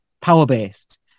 power-based